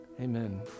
amen